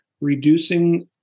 reducing